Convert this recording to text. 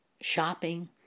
shopping